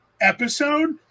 episode